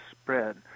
spread